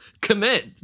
Commit